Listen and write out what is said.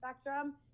spectrum